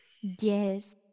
Yes